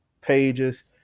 pages